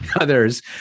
others